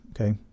okay